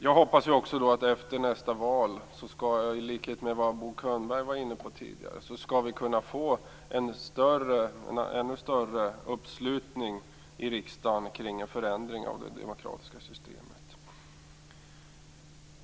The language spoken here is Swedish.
Jag hoppas, i likhet med vad Bo Könberg var inne på tidigare, att vi efter nästa val skall kunna få en ännu större uppslutning i riksdagen omkring en förändring av det demokratiska systemet.